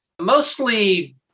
mostly